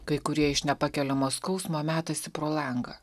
kai kurie iš nepakeliamo skausmo metasi pro langą